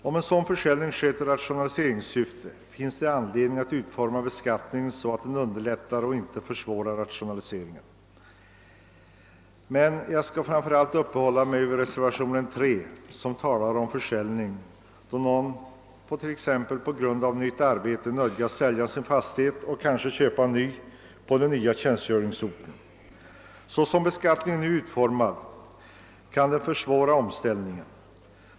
Om en sådan försäljning skett i rationaliseringssyfte finns det anledning att utforma beskattningen så, att den underlättar och inte försvårar rationaliseringen. Men jag skall framför allt uppehålla mig vid reservationen 3 som gäller försäljning då någon, t.ex. på grund av nytt arbete, nödgas sälja sin fastighet och kanske måste köpa en ny på den nya tjänstgöringsorten. Som beskattningen nu är utformad kan omställningen försvåras.